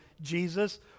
Jesus